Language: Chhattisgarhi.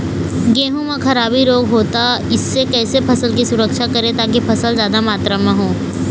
गेहूं म खराबी रोग होता इससे कैसे फसल की सुरक्षा करें ताकि फसल जादा मात्रा म हो?